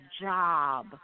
job